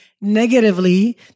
negatively